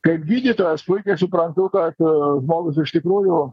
kaip gydytojas puikiai suprantu kad žmogus iš tikrųjų